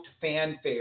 fanfare